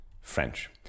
French